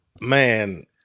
Man